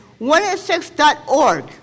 106.org